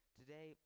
Today